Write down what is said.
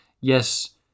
yes